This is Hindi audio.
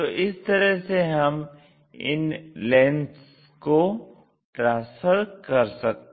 तो इस तरह से हम इन लेंग्थ्स को ट्रांसफर करते हैं